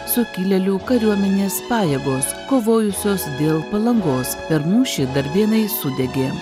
sukilėlių kariuomenės pajėgos kovojusios dėl palangos per mūšį darbėnai sudegė